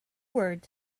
word